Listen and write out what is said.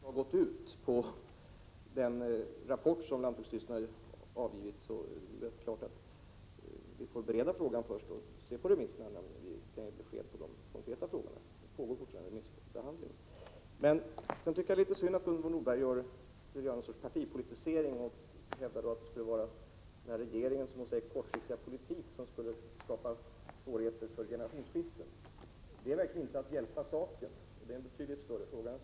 Herr talman! Remisstiden har ännu inte gått ut för den rapport som lantbruksstyrelsen har avgivit, och regeringen får först se på remissvaren, innan besked kan ges i de konkreta frågorna. Det är litet synd att Gunvor Norberg vill göra partipolitik av detta, när hon hävdar att det skulle vara regeringens kortsiktiga politik som skapar svårigheter för generationsskiften. Därmed hjälper hon verkligen inte saken, och frågan är betydligt större än så.